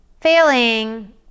failing